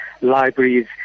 libraries